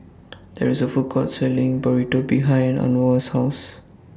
There IS A Food Court Selling Burrito behind Anwar's House